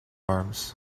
arms